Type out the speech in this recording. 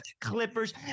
clippers